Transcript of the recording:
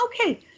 okay